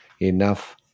Enough